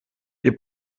ihr